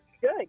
Good